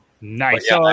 Nice